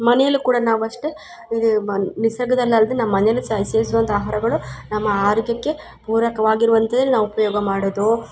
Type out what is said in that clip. ಮನೆಯಲ್ಲು ಕೂಡ ನಾವು ಅಷ್ಟೇ ಬ ನಿಸರ್ಗದಲ್ಲಿ ಅಲ್ಲದೇ ನಮ್ಮ ಮನೆಯಲ್ಲು ಸಹ ಸೇವಿಸುವಂಥ ಆಹಾರಗಳು ನಮ್ಮ ಆರೋಗ್ಯಕ್ಕೆ ಪೂರಕವಾಗಿರುವಂತೆ ನಾವು ಉಪಯೋಗ ಮಾಡೋದು